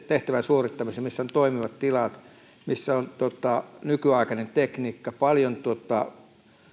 tehtävän suorittamiseen ja missä on toimivat tilat nykyaikainen tekniikka ja paljon